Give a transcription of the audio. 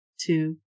two